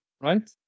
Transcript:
right